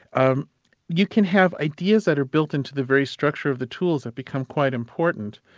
um you can have ideas that are built into the very structure of the tools that become quite important.